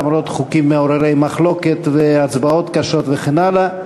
למרות חוקים מעוררי מחלוקת והצבעות קשות וכן הלאה,